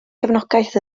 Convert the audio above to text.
gefnogaeth